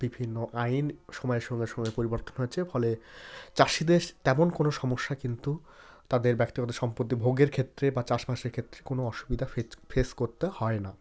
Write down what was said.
বিভিন্ন আইন সময়ের সঙ্গে সঙ্গে পরিবর্তন হচ্ছে ফলে চাষিদের তেমন কোনো সমস্যা কিন্তু তাদের ব্যক্তিগত সম্পত্তি ভোগের ক্ষেত্রে বা চাষবাসের ক্ষেত্রে কোনো অসুবিধা ফেস করতে হয় না